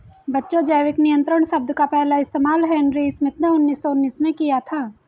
बच्चों जैविक नियंत्रण शब्द का पहला इस्तेमाल हेनरी स्मिथ ने उन्नीस सौ उन्नीस में किया था